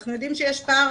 אנחנו יודעים שיש פער